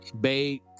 Babe